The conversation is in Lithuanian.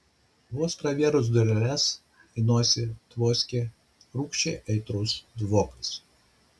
vos pravėrus dureles į nosį tvoskė rūgščiai aitrus dvokas